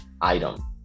item